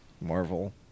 Marvel